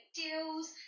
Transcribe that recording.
deals